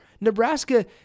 Nebraska